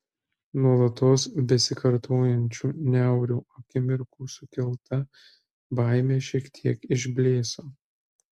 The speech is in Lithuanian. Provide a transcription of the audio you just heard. nuolatos besikartojančių niaurių akimirkų sukelta baimė šiek tiek išblėso